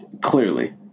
Clearly